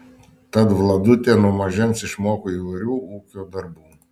tad vladutė nuo mažens išmoko įvairių ūkio darbų